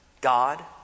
God